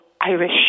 Irish